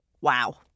Wow